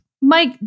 Mike